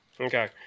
Okay